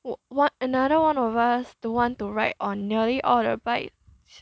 what another one of us don't want to ride on nearly all the rides